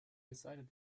decided